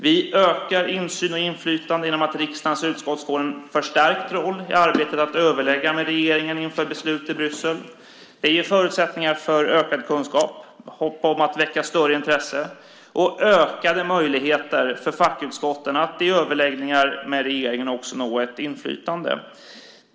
Vi ökar insyn och inflytande genom att riksdagens utskott får en förstärkt roll i arbetet med att överlägga med regeringen inför besluten i Bryssel. Det ger förutsättningar för ökad kunskap, och förhoppningsvis väcker det större intresse, och ökade möjligheter för fackutskotten att i överläggningar med regeringen nå ett inflytande.